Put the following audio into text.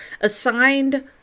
assigned